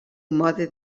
mode